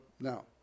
Now